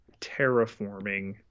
terraforming